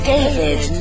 David